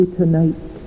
tonight